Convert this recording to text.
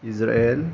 Israel